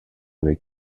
avec